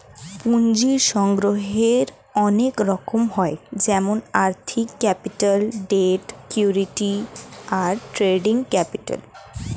পুঁজির সংগ্রহের অনেক রকম হয় যেমন আর্থিক ক্যাপিটাল, ডেট, ইক্যুইটি, আর ট্রেডিং ক্যাপিটাল